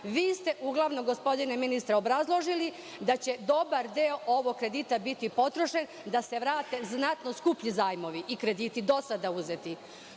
vi ste uglavnom gospodine ministre obrazložili da će dobar deo ovog kredita biti potrošen i da se vrate znatno skuplji zajmovi i krediti do sada uzeti.